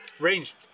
Range